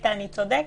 היא צודקת.